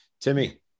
timmy